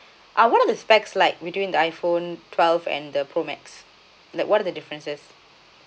ah what are the specifications like between the iPhone twelve and the pro max like what are the differences